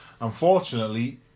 unfortunately